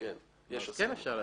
אז אפשר להצביע.